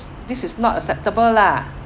this is not acceptable lah